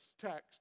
text